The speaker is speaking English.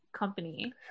company